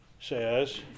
says